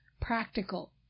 practical